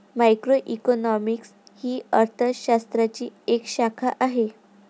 macroeconomics ही अर्थ शास्त्राची एक शाखा आहे